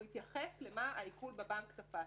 הוא יתייחס למה שהעיקול בבנק תפס.